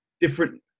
different